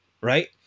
Right